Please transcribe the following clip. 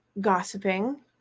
gossiping